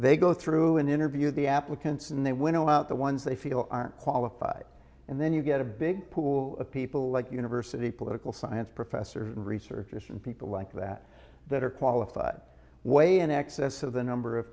they go through and interview the applicants and they went out the ones they feel are qualified and then you get a big pool of people like university political science professor and researchers and people like that that are qualified way in excess of the number of